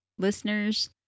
Listeners